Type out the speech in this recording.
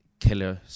killer